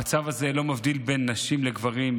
המצב הזה לא מבדיל בין נשים לגברים,